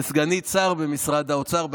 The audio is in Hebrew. לסגנית שר במשרד האוצר.